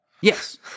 Yes